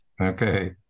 Okay